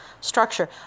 structure